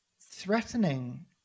threatening